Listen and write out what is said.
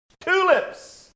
Tulips